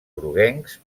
groguencs